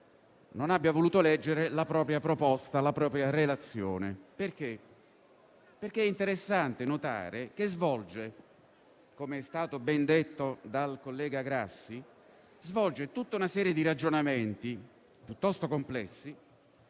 non abbia voluto leggere la propria proposta e la propria relazione. È infatti interessante notare che svolge, come è stato ben detto dal collega Grassi, una serie di ragionamenti piuttosto complessi,